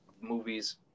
movies